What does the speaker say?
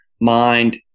mind